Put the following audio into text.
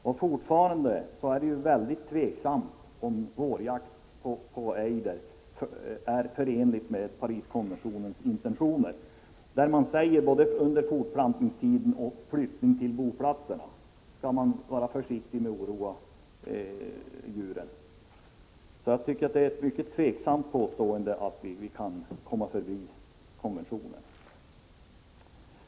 Det är fortfarande mycket tvivelaktigt om vårjakt på ejder är förenlig med Pariskonventionens intentioner, enligt vilken man skall vara försiktig med att oroa fåglarna både under fortplantningstiden och vid flyttningen till boplatserna.